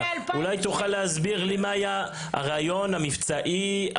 אולי תוכל להסביר לי מה היה הרעיון המבצעי,